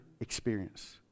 experience